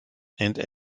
and